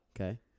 Okay